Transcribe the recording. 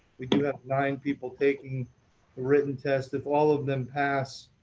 we do have nine people taking the written test. if all of them pass,